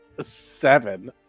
seven